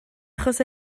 achos